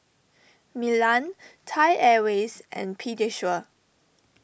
Milan Thai Airways and Pediasure